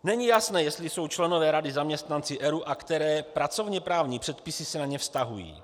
Není jasné, jestli jsou členové rady zaměstnanci ERÚ a které pracovněprávní předpisy se na ně vztahují.